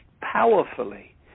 powerfully